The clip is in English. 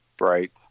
right